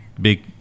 big